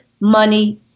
money